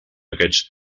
aquests